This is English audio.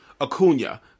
Acuna